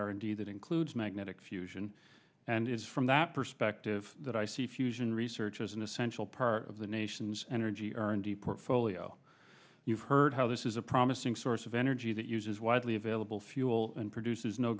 d that includes magnetic fusion and it is from that perspective that i see fusion research as an essential part of the nation's energy r and d portfolio you've heard how this is a promising source of energy that uses widely available fuel and produces no